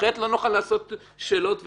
אחרת לא נוכל לעשות שאלות וכולי.